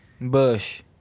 bush